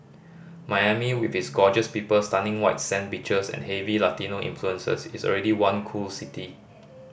Miami with its gorgeous people stunning white sand beaches and heavy Latino influences is already one cool city